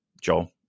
Joel